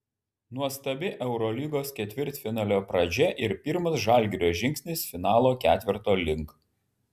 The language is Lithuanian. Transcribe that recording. nuostabi eurolygos ketvirtfinalio pradžia ir pirmas žalgirio žingsnis finalo ketverto link